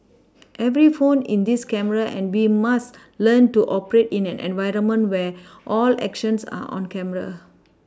every phone in this camera and we must learn to operate in an environment where all actions are on camera